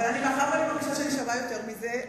אבל מאחר שאני מרגישה שאני שווה יותר מזה,